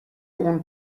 اون